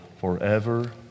forever